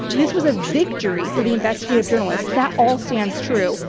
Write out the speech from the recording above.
this was a victory for the investigative journalists. that all stands true.